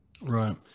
Right